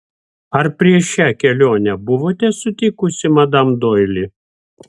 ar prieš šią kelionę buvote sutikusi madam doili